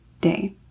day